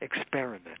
experiment